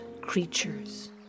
creatures